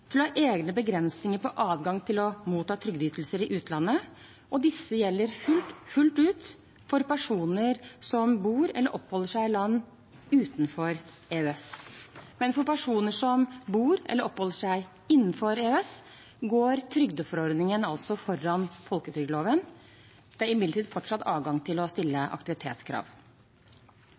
til å ha egne begrensninger på adgangen til å motta trygdeytelser i utlandet, og disse gjelder fullt ut for personer som bor eller oppholder seg i land utenfor EØS. Men for personer som bor eller oppholder seg innenfor EØS, går trygdeforordningen altså foran folketrygdloven. Det er imidlertid fortsatt adgang til å stille aktivitetskrav.